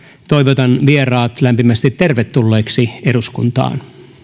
toivotan vieraat lämpimästi tervetulleiksi eduskuntaan